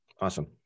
Awesome